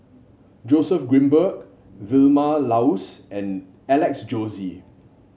Joseph Grimberg Vilma Laus and Alex Josey